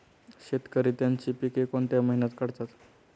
शेतकरी त्यांची पीके कोणत्या महिन्यात काढतात?